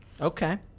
okay